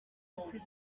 assez